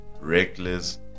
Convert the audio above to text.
reckless